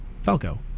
Falco